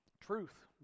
truth